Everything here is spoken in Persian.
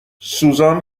سوزان